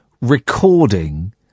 recording